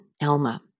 Elma